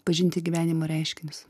pažinti gyvenimo reiškinius